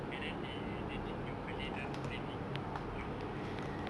and then they they did the malay dance training on in the Zoom call